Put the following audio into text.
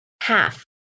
half